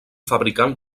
fabricant